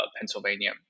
Pennsylvania